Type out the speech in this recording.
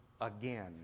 again